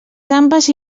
gambes